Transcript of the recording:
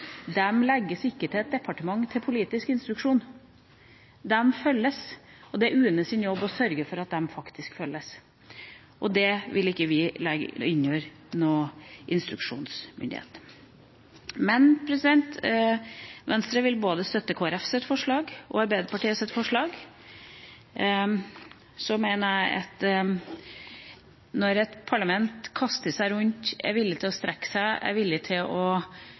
legges ikke til et departement til politisk instruksjon. De følges, og det er UNEs jobb å sørge for at de faktisk følges. Det vil ikke vi legge inn under noen instruksjonsmyndighet. Men Venstre vil støtte både Kristelig Folkepartis forslag og Arbeiderpartiets forslag. Jeg mener at når parlamentet kaster seg rundt, er villig til å strekke seg og faktisk er villig til å